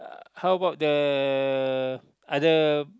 how about the other